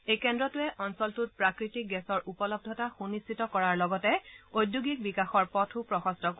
এই কেন্দ্ৰটোৱে অঞ্চলটোত প্ৰাকৃতিক গেছৰ উপলব্ধতা সুনিশ্চিত কৰাৰ লগতে ঔদ্যোগিক বিকাশৰ পথো প্ৰশস্ত কৰিব